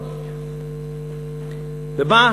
ובה,